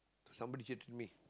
so somebody cheated me